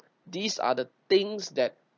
these are the things that